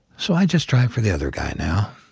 so i just drive for the other guy now,